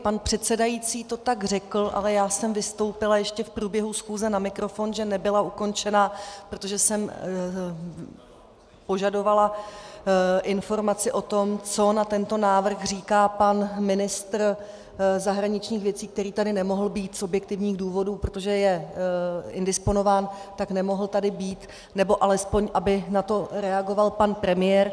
Pan předsedající to tak řekl, ale já jsem vystoupila ještě v průběhu schůze na mikrofon, že nebyla ukončena, protože jsem požadovala informaci o tom, co na tento návrh říká pan ministr zahraničních věcí, který tady nemohl být z objektivních důvodů, protože je indisponován, tak nemohl tady být, nebo alespoň aby na to reagoval pan premiér.